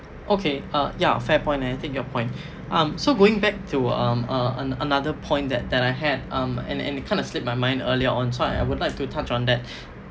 okay uh ya fair point and I take your point um so going back to um uh an~ another point that that I had um and and it kind of slipped my mind earlier on so I would like to touch on that